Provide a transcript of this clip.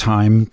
Time